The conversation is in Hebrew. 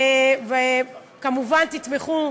וכמובן, תתמכו.